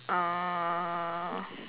uh